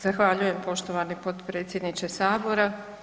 Zahvaljujem poštovani potpredsjedniče Sabora.